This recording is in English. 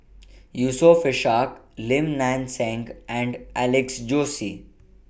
Yusof Ishak Lim Nang Seng and Alex Josey